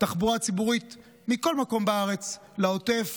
תחבורה ציבורית מכל מקום בארץ לעוטף,